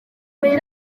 muri